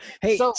Hey